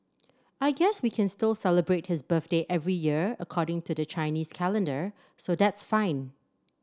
I guess we can still celebrate his birthday every year according to the Chinese calendar so that's fine